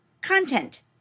content